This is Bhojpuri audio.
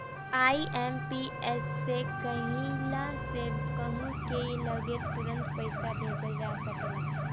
आई.एम.पी.एस से कइला से कहू की लगे तुरंते पईसा भेजल जा सकेला